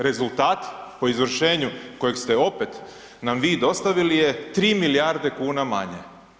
Rezultat o izvršenju kojeg ste opet nam vi dostavili je 3 milijarde kuna manje.